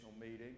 meeting